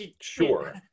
Sure